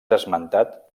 esmentat